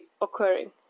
occurring